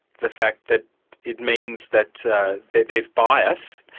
the fact that it means that that there's bias,